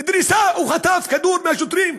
דריסה או חטף כדור מהשוטרים.